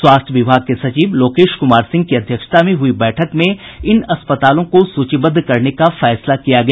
स्वास्थ्य विभाग के सचिव लोकेश कुमार सिंह की अध्यक्षता में हुई बैठक में इन अस्पतालों को सूचीबद्ध करने का फैसला किया गया